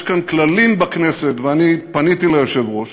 יש כאן כללים בכנסת, ואני פניתי ליושב-ראש